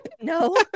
No